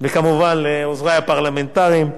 וכמובן לעוזרי הפרלמנטריים,